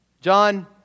John